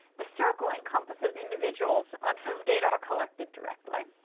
the circle encompasses individuals on whom data are collected directly.